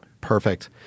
Perfect